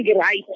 right